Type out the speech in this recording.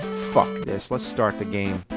fuck this, let's start the game.